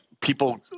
people